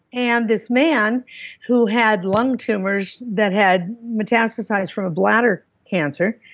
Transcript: and this man who had lung tumors that had metastasized from a bladder cancer,